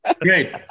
Great